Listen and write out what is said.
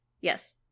Yes